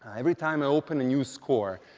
every time i open a new score,